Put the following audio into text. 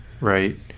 right